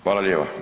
Hvala lijepa.